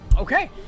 Okay